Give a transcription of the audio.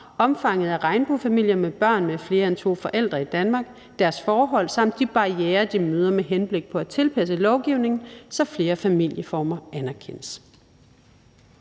omfanget af regnbuefamilier med børn med flere end to forældre i Danmark, deres forhold og de barrierer, de møder, med henblik på at tilpasse lovgivningen, så flere familieformer anerkendes.«